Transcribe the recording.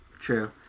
true